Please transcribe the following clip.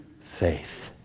faith